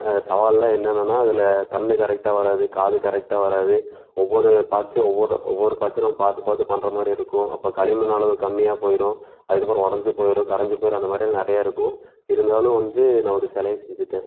சவால்லாம் என்னென்னனா அதில் கண்ணு கரெக்டாக வராது காது கரெக்டாக வராது ஒவ்வொரு பார்ட்ஸையும் ஒவ்வொரு ஒவ்வொரு பார்ட்ஸையும் நம்ம பார்த்து பார்த்து பண்ணுற மாதிரி இருக்கும் அப்போ களி மண் அளவு கம்மியாக போயிரும் அதற்கப்பறம் உடஞ்சி போயிரும் கரைஞ்சி போயிரும் அந்தமாதிரி நிறையா இருக்கும் இருந்தாலும் வந்து நான் ஒரு சிலைய செஞ்சிவிட்டேன்